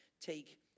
take